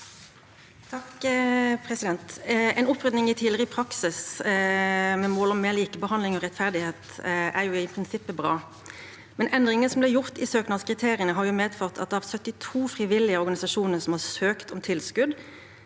(V) En oppryd- ning i tidligere praksis med mål om mer likebehandling og rettferdighet er jo i prinsippet bra, men endringen som ble gjort i søknadskriteriene, har medført at av 72 frivillige organisasjoner som har søkt om tilskudd,